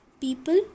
People